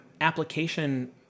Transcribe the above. application